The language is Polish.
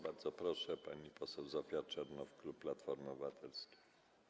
Bardzo proszę, pani poseł Zofia Czernow, klub Platformy Obywatelskiej.